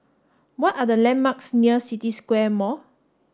what are the landmarks near City Square Mall